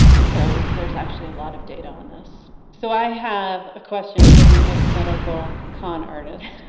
so there's actually a lot of data on this so i have a question for the hypothetical con artist.